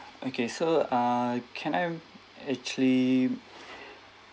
okay so uh can I actually